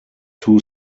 two